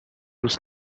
was